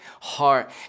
heart